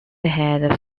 had